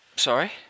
Sorry